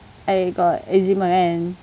I got eczema kan